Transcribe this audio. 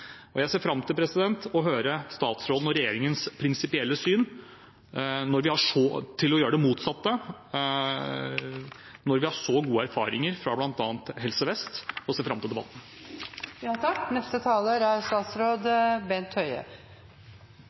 Jeg ser fram til å høre statsråden og regjeringens prinsipielle syn på å gjøre det motsatte når vi har så gode erfaringer fra bl.a. Helse Vest, og ser fram til debatten.